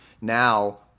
Now